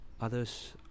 others